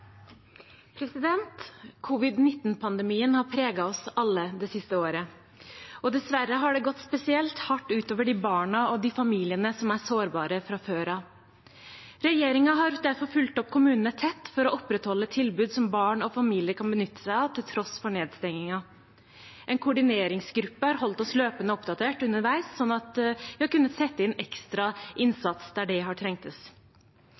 har preget oss alle det siste året. Dessverre har det gått spesielt hardt utover de barna og familiene som er sårbare fra før. Regjeringen har derfor fulgt opp kommunene tett for å opprettholde tilbud som barn og familier kan benytte seg av til tross for nedstengingen. En koordineringsgruppe holdt oss løpende oppdatert underveis, slik at vi kunne sette inn ekstrainnsats der det har trengtes.